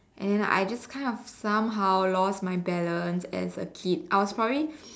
and then I just kind of somehow lost my balance as a kid I was probably